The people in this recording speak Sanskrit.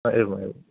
एवम् एवं